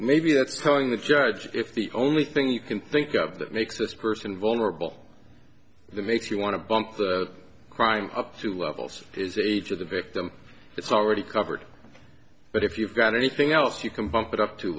maybe that's telling the judge if the only thing you can think of that makes this person vulnerable makes you want to bump the crime up to levels is age of the victim it's already covered but if you've got anything else you can bump it up to